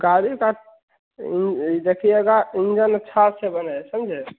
गाड़ी का इन इ देखिएगा इंजन अच्छे से बने समझे